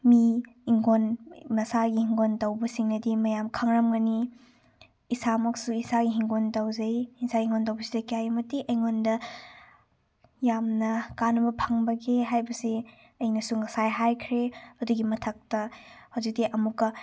ꯃꯤ ꯏꯪꯈꯣꯜ ꯃꯁꯥꯒꯤ ꯍꯤꯡꯒꯣꯟ ꯇꯧꯕꯁꯤꯡꯅꯗꯤ ꯃꯌꯥꯝ ꯈꯪꯉꯝꯒꯅꯤ ꯏꯁꯥꯃꯛꯁꯨ ꯏꯁꯥꯒꯤ ꯍꯤꯡꯒꯣꯟ ꯇꯧꯖꯩ ꯏꯁꯥꯒꯤ ꯍꯤꯡꯒꯣꯟ ꯇꯧꯕꯁꯤꯗ ꯀꯌꯥꯒꯤ ꯃꯇꯤꯛ ꯑꯩꯉꯣꯟꯗ ꯌꯥꯝꯅ ꯀꯥꯅꯕ ꯐꯪꯕꯒꯦ ꯍꯥꯏꯕꯁꯤ ꯑꯩꯅꯁꯨ ꯉꯁꯥꯏ ꯍꯥꯏꯈ꯭ꯔꯦ ꯑꯗꯨꯒꯤ ꯃꯊꯛꯇ ꯍꯧꯖꯤꯛꯇꯤ ꯑꯃꯨꯛꯀ